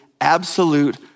absolute